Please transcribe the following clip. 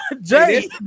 Jay